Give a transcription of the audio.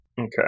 Okay